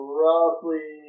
roughly